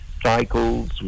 cycles